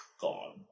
gone